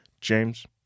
James